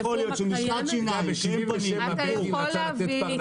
איך יכול להיות שמשחת שיניים --- אתה יכול להביא.